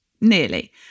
nearly